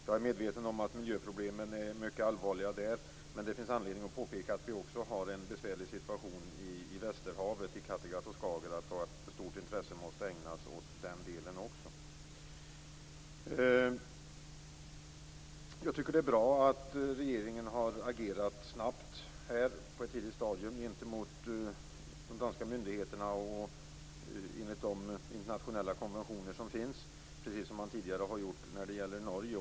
Jag är medveten om att miljöproblemen där är mycket allvarliga men det finns anledning att också peka på den besvärliga situationen i Västerhavet, nämligen i Kattegatt och Skagerrak. Stort intresse måste ägnas också åt den delen. Det är bra att regeringen har agerat snabbt här. Man har agerat på ett tidigt stadium gentemot de danska myndigheterna, i enlighet med de internationella konventioner som finns - precis som man tidigare gjort i fråga om Norge.